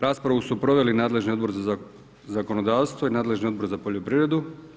Raspravu su proveli nadležni Odbor za zakonodavstvo i nadležni Odbor za poljoprivredu.